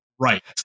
right